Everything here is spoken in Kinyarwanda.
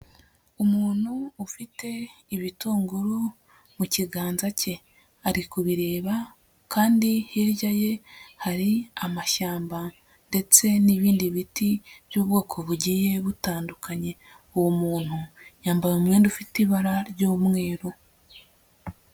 Umuntu ufite ibitunguru mu kiganza cye. Ari kubireba kandi hirya ye hari amashyamba ndetse n'ibindi biti by'ubwoko bugiye butandukanye. Uwo muntu yambaye umwenda ufite ibara ry'umweru.